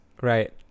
Right